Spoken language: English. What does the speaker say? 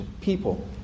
people